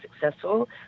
successful